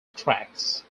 tracks